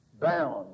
bound